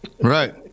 Right